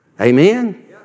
Amen